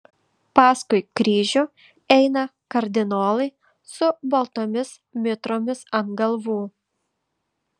paskui kryžių eina kardinolai su baltomis mitromis ant galvų